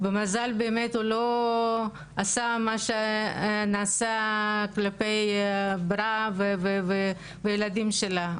במזל באמת הוא לא עשה מה שנעשה כלפי בראא והילדים שלה.